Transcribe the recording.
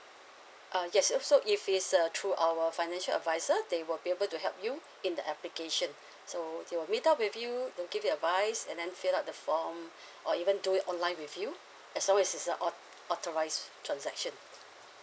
uh yes also if it's uh through our financial adviser they will be able to help you in the application so they will meet up with you and give you advise and then fill up the form or even do it online with you as long as it's a auto authorize transaction